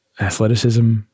athleticism